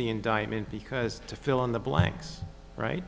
the indictment because to fill in the blanks right